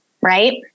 Right